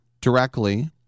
directly